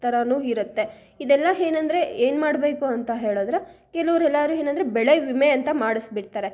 ಥರವೂ ಇರುತ್ತೆ ಇದೆಲ್ಲಾ ಏನಂದ್ರೆ ಏನು ಮಾಡಬೇಕು ಅಂತ ಹೇಳಿದ್ರೆ ಕೆಲವರು ಎಲ್ಲರು ಏನಂದ್ರೆ ಬೆಳೆ ವಿಮೆ ಅಂತ ಮಾಡಿಸ್ಬಿಡ್ತಾರೆ